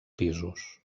pisos